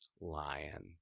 lion